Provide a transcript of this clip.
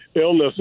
illness